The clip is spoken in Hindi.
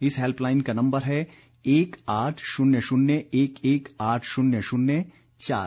इस हेल्पलाइन का नम्बर है एक आठ शून्य शून्य एक एक आठ शून्य शून्य चार